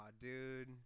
dude